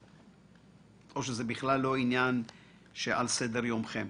או שזה בכלל לא עניין שעל סדר יומכם?